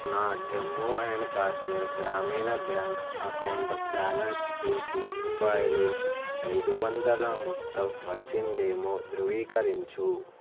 నా జమ్మూ అండ్ కాశ్మీర్ గ్రామీణ bank account balance చూసి రూపాయలు ఐదువందల మొత్తం వచ్చిందేమో ధృవీకరించు